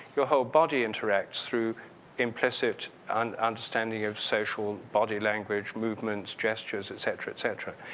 your whole body interacts through implicit and understanding of social body language, movements, gestures et cetera, et cetera.